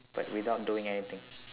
but without doing anything